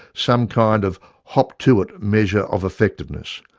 some kind of hop to it measure of effectiveness.